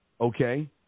Okay